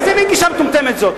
איזה מין גישה מטומטמת זאת.